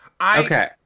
Okay